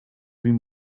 been